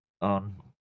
on